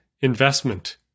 investment